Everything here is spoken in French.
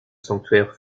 sanctuaire